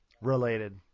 related